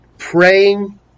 Praying